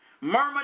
Murmur